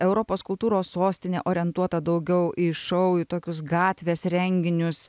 europos kultūros sostinė orientuota daugiau į šou į tokius gatvės renginius